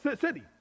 city